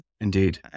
Indeed